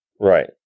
Right